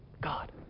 God